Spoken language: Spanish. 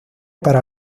para